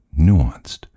nuanced